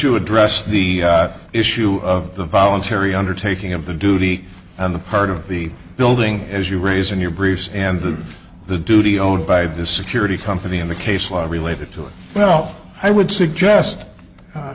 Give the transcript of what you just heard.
you address the issue of the voluntary undertaking of the duty on the part of the building as you raise in your briefs and that the duty owed by the security company in the case law related to it well i would suggest